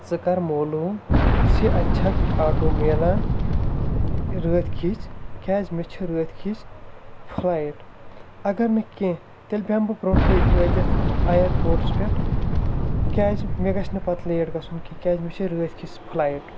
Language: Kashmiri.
ژٕ کَر معلوٗم زِ اَتہِ چھا آٹوٗ میلان راتھ کٮُ۪ت کیٛازِ مےٚ چھِ راتھ کٮُ۪ت فُلایٹ اگر نہٕ کیٚنٛہہ تیٚلہِ بیٚہمہٕ بہٕ برٛونٛٹھٕے وٲتِتھ اَیَرپورٹَس پٮ۪ٹھ کیٛازِ مےٚ گَژھِ نہٕ پَتہٕ لیٹ گژھُن کیٚنٛہہ کیٛازِ مےٚ چھِ راتھ کِژھ فُلایٹ